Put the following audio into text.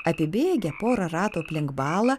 apibėgę porą ratų aplink balą